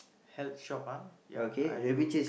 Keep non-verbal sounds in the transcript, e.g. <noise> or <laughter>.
<noise> health shop ah ya I do